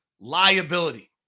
liability